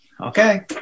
Okay